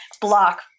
block